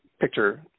picture